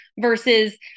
versus